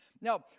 Now